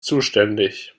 zuständig